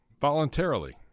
voluntarily